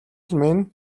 минь